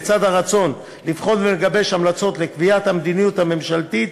לצד הרצון לבחון ולגבש המלצות לקביעת המדיניות הממשלתית,